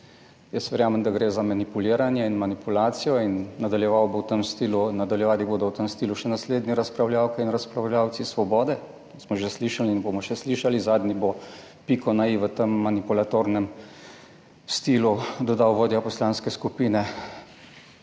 jaz verjamem, da gre za manipuliranje in manipulacijo in nadaljeval bo v tem stilu, nadaljevali bodo v tem stilu še naslednji razpravljavke in razpravljavci Svobode, to smo že slišali in bomo še slišali, zadnji bo piko na i v tem manipulatornem stilu dodal vodja poslanske skupine